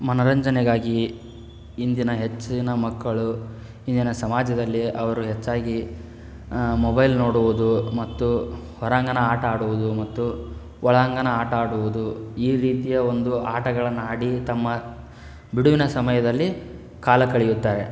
ಮನೋರಂಜನೆಗಾಗಿ ಇಂದಿನ ಹೆಚ್ಚಿನ ಮಕ್ಕಳು ಇಂದಿನ ಸಮಾಜದಲ್ಲಿ ಅವರು ಹೆಚ್ಚಾಗಿ ಮೊಬೈಲ್ ನೋಡುವುದು ಮತ್ತು ಹೊರಾಂಗಣ ಆಟ ಆಡುವುದು ಮತ್ತು ಒಳಾಂಗಣ ಆಟ ಆಡುವುದು ಈ ರೀತಿಯ ಒಂದು ಆಟಗಳನ್ನು ಆಡಿ ತಮ್ಮ ಬಿಡುವಿನ ಸಮಯದಲ್ಲಿ ಕಾಲ ಕಳಿಯುತ್ತಾರೆ